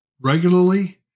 regularly